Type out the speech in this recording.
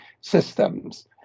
systems